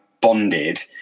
bonded